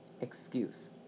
excuse